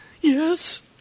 Yes